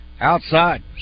outside